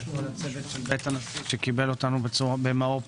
ולכל הצוות של בית הנשיא, שקיבל אותנו במאור פנים.